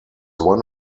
one